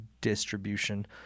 distribution